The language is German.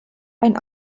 ein